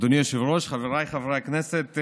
אדוני היושב-ראש, חבריי חברי הכנסת,